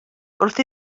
wrth